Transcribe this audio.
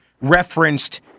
referenced